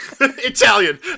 Italian